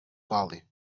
folly